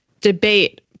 debate